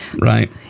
Right